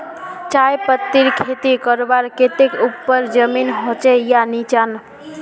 चाय पत्तीर खेती करवार केते ऊपर जमीन होचे या निचान?